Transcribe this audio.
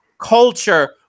culture